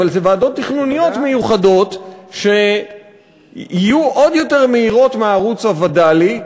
אבל אלה ועדות תכנוניות מיוחדות שיהיו עוד יותר מהירות מהערוץ הווד"לי,